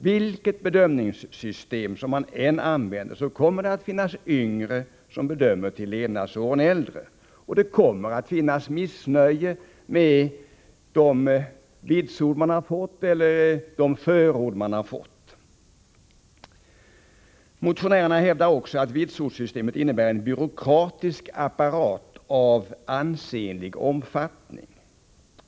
Vilket bedömningssystem som än används kommer det att finnas yngre som bedömer till levnadsåren äldre, och det kommer att finnas missnöje med de vitsord eller de förord man har fått. Motionärerna hävdar också att vitsordssystemet innebär en byråkratisk apparat av ansenlig omfattning.